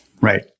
right